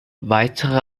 weitere